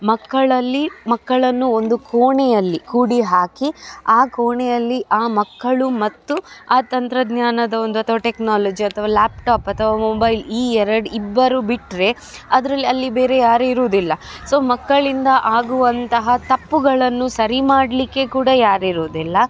ಮಕ್ಕಳಲ್ಲಿ ಮಕ್ಕಳನ್ನು ಒಂದು ಕೋಣೆಯಲ್ಲಿ ಕೂಡಿ ಹಾಕಿ ಆ ಕೋಣೆಯಲ್ಲಿ ಆ ಮಕ್ಕಳು ಮತ್ತು ಆ ತಂತ್ರಜ್ಞಾನದ ಒಂದು ಅಥವಾ ಟೆಕ್ನಾಲಜಿ ಅಥವಾ ಲ್ಯಾಪ್ಟಾಪ್ ಅಥವಾ ಮೊಬೈಲ್ ಈ ಎರಡು ಇಬ್ಬರು ಬಿಟ್ಟರೆ ಅದರಲ್ಲಿ ಅಲ್ಲಿ ಬೇರೆ ಯಾರು ಇರುವುದಿಲ್ಲ ಸೊ ಮಕ್ಕಳಿಂದ ಆಗುವಂತಹ ತಪ್ಪುಗಳನ್ನು ಸರಿ ಮಾಡಲಿಕ್ಕೆ ಕೂಡ ಯಾರಿರುವುದಿಲ್ಲ